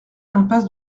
impasse